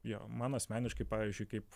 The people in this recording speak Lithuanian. jo man asmeniškai pavyzdžiui kaip